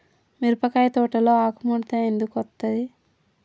మిరపకాయ తోటలో ఆకు ముడత ఎందుకు అత్తది?